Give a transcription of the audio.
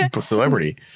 celebrity